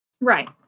right